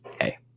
hey